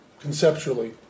conceptually